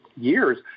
years